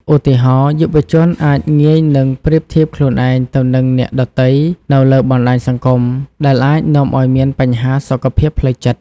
ឧទាហរណ៍ យុវជនអាចងាយនឹងប្រៀបធៀបខ្លួនឯងទៅនឹងអ្នកដទៃនៅលើបណ្តាញសង្គម ដែលអាចនាំឱ្យមានបញ្ហាសុខភាពផ្លូវចិត្ត។